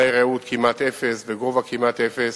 תנאי התעופה אפס, בגובה כמעט אפס,